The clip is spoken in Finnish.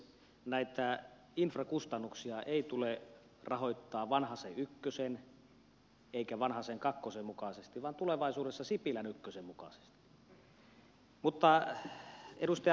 näitä infrakustannuksia ei tule rahoittaa vanhasen ykkösen eikä vanhasen kakkosen mukaisesti vaan tulevaisuudessa sipilän ykkösen mukaisesti